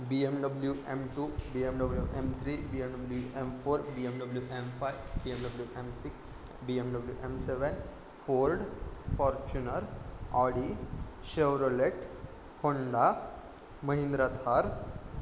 B M W M two B M W M three B M W M four B M W M five B M W M six B M W M seven Ford Fortuner Audi Chevrolet Honda Mahindra Thar